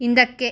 ಹಿಂದಕ್ಕೆ